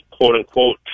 quote-unquote